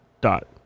Dot